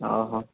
ହଉ ହଉ